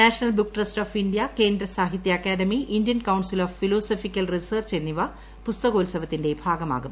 national book trust of India Kendra Sahitya Akademi Indian council of philosophical research എന്നിവ പുസ്തകോത്സവത്തിന്റെ ഭാഗമാകും